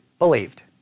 Believed